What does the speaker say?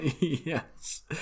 Yes